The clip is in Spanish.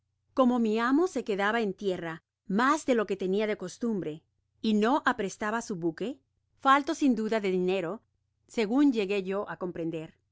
como mi amo se quedada en tierra mas de lo que tenia de costumbre y no aprestaba su buque falto sin duda de dinero segun llegué yo á comprender no